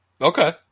Okay